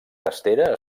testera